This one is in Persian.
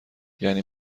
یعنی